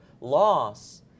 loss